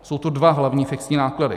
Jsou to dva hlavní fixní náklady.